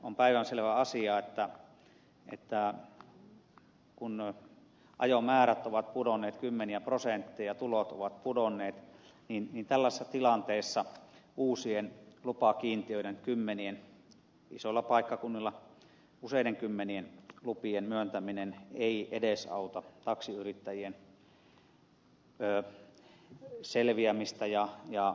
nykyisessä taloudellisessa tilanteessa kun ajomäärät ovat pudonneet kymmeniä prosentteja ja tulot ovat pudonneet useiden kymmenien uusien lupien myöntäminen isoilla paikkakunnilla ei edesauta taksiyrittäjien selviämistä ja taksiyrittäjien tulonmuodostusta